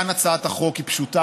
כאן הצעת החוק היא פשוטה,